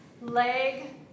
leg